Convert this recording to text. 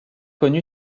connu